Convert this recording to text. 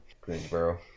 Greensboro